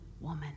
woman